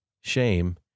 Shame